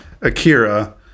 Akira